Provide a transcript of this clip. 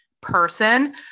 person